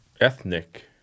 Ethnic